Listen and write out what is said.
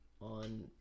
on